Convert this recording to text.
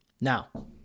Now